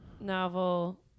novel